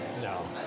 No